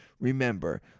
Remember